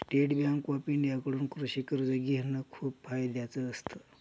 state bank of India कडून कृषि कर्ज घेण खूप फायद्याच असत